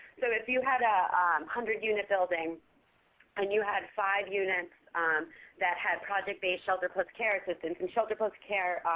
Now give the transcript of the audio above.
so if you had a one hundred unit building and you had five units that had project-based shelter plus care assistance and shelter plus care,